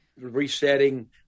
resetting